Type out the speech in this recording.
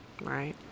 Right